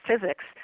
physics